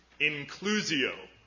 inclusio